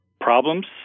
problems